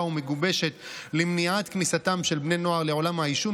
ומגובשת למניעת כניסתם של בני נוער לעולם העישון,